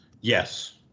Yes